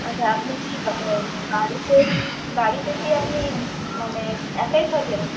আচ্ছা আপনি কি বাড়িতে বাড়িতে কি আপনি মানে একাই থাকেন